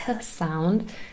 sound